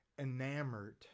enamored